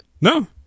No